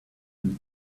and